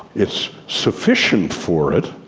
it's sufficient for it,